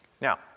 Now